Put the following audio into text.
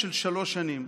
של שלוש שנים.